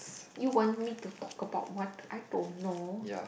you want me to talk about what I don't know